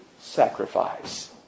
sacrifice